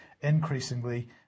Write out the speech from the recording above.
increasingly